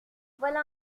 voilà